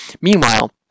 Meanwhile